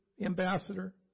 ambassador